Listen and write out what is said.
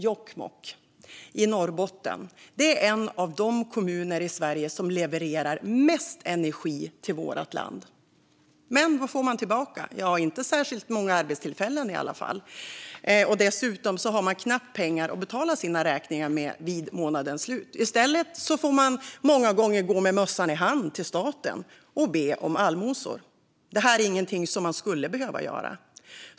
Jokkmokk i Norrbotten är en av de kommuner i Sverige som levererar mest energi till vårt land. Men vad får man tillbaka? Ja, inte särskilt många arbetstillfällen i alla fall. Dessutom har man knappt pengar att betala sina räkningar med vid månadens slut. I stället får man många gånger gå med mössan i hand till staten och be om allmosor. Detta är ingenting som man skulle behöva göra.